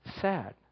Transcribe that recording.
Sad